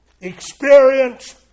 Experience